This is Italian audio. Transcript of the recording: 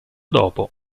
dopo